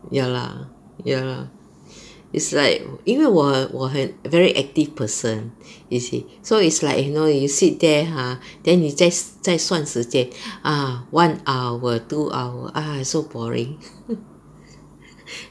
ya lah ya lah it's like 因为我我很 very active person you see so it's like you know you sit there !huh! then 你再算时间 ah one hour two hour !hais! so boring